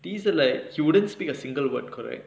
these are like he wouldn't speak a single word correct